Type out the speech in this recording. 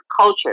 culture